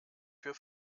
für